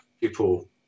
people